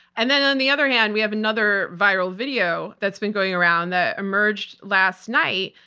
and then on the other hand, we have another viral video that's been going around that emerged last night,